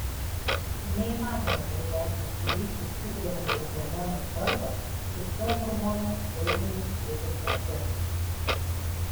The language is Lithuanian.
neįmanoma pervertinti ryšį stiprinančio hormono svarbą ir šio hormono vaidmenį siekiant pastoti